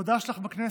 העבודה שלך בכנסת,